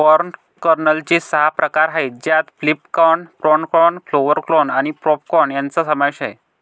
corn कर्नलचे सहा प्रकार आहेत ज्यात flint corn, pod corn, flour corn आणि पॉप कॉर्न यांचा समावेश आहे